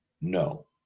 No